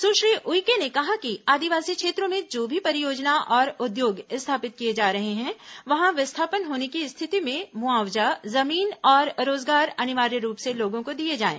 सुश्री उइके ने कहा कि आदिवासी क्षेत्रों में जो भी परियोजना और उद्योग स्थापित किए जा रहे हैं वहां विस्थापन होने की स्थिति में मुआवजा जमीन और रोजगार अनिवार्य रूप से लोगों को दिए जाएं